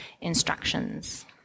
instructions